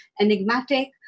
enigmatic